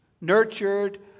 nurtured